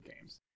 games